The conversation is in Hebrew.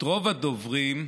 רוב הדוברים,